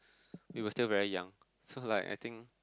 you are still very young so like I think